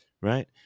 right